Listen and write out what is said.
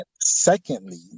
secondly